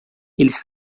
eles